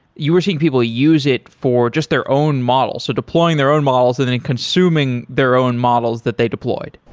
you were seeing people use it for just their own model, so deploying their own models and then consuming their own models that they deployed?